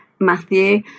Matthew